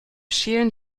schälen